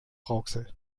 rauxel